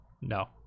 No